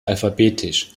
alphabetisch